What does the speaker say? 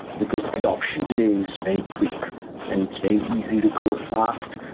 because adoption today is very quick and it's very easy to grow fast,